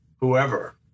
whoever